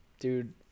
dude